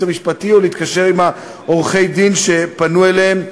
המשפטי או להתקשר עם עורכי-הדין שפנו אליהם.